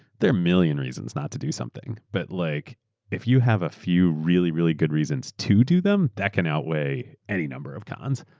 million reasons not to do something. but like if you have a few really, really good reasons to do them, that can outweigh any number of cons.